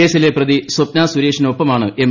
കേസിലെ പ്രതി സ്ഥപ്ന ്സുരേഷിനൊപ്പമാണ് എം